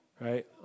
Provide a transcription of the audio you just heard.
right